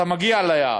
אתה מגיע ליעד,